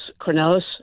Cornelis